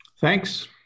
Thanks